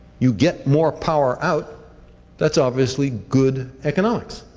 you get more power out that's obviously good economics.